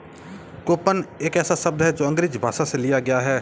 coupon एक ऐसा शब्द है जो अंग्रेजी भाषा से लिया गया है